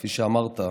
כפי שאמרת,